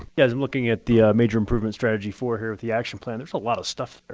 yes, i'm looking at the major improvement strategy four here with the action plan. it's a lot of stuff there.